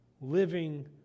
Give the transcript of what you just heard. living